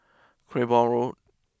Cranborne Road